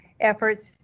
efforts